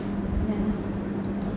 ya